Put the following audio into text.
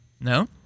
No